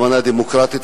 הצהרה דמוקרטית",